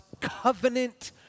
covenant